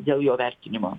dėl jo vertinimo